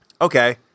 Okay